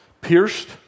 Pierced